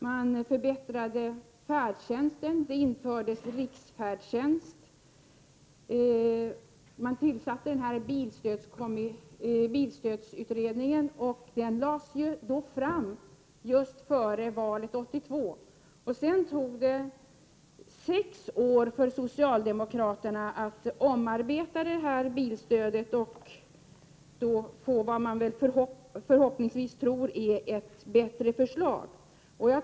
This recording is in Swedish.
Man förbättrade färdtjänsten, det infördes riksfärdtjänst och bilstödsutredningen tillsattes. Bilstödsutredningens förslag lades fram just före valet 1982. Sedan tog det sex år för socialdemokraterna att omarbeta bilstödet för att få vad man förhoppningsvis tror är ett bättre förslag.